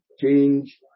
Change